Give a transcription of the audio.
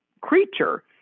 creature